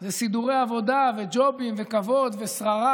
זה סידורי עבודה וג'ובים וכבוד ושררה,